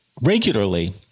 regularly